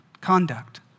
conduct